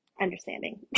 understanding